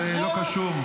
זה לא קשור.